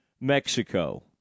Mexico